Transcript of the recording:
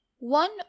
One